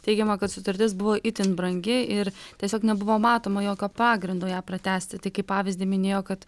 teigiama kad sutartis buvo itin brangi ir tiesiog nebuvo matoma jokio pagrindo ją pratęsti tai kaip pavyzdį minėjo kad